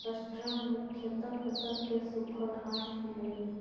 straw मुख्यतः फसल के सूखल डांठ ही हई